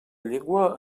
llengua